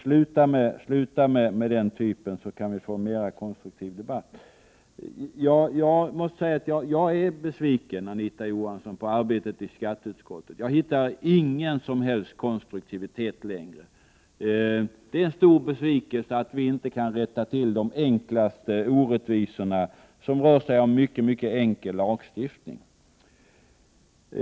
Sluta med den typen av angrepp, så kan vi få en mera konstruktiv debatt! Jag måste säga, Anita Johansson, att jag är besviken på arbetet i skatteutskottet. Jag hittar ingen som helst konstruktivitet längre. Det är en stor besvikelse att vi inte kan avhjälpa de enklaste orättvisorna — det rör sig ofta om mycket enkel lagstiftning.